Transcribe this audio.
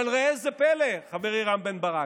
אבל ראה זה פלא, חברי רם בן ברק,